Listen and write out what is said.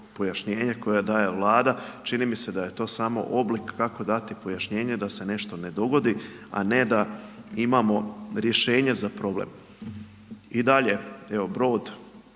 pojašnjenje koje daje vlada. Čini mi se da je to samo oblik, kako dati pojašnjenje da se ne što ne dogodi, a ne da imamo rješenje za problem. I dalje, evo, brod